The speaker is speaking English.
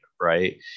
right